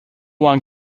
one